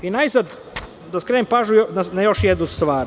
Najzad, da skrenem pažnju na još jednu stvar.